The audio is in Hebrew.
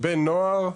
בני נוער,